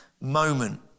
moment